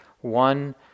one